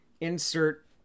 insert